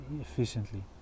efficiently